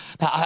now